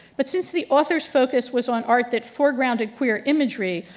but since the author's focus was on art that foregrounded queer imagery,